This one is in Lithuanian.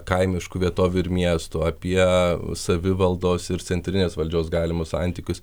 kaimiškų vietovių ir miestų apie savivaldos ir centrinės valdžios galimus santykius